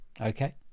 Okay